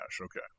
okay